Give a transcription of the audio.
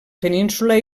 península